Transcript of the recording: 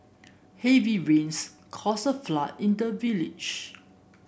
heavy rains caused a flood in the village